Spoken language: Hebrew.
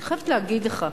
אני חייבת להגיד לך.